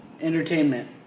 entertainment